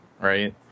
Right